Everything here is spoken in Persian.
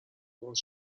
باز